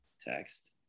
text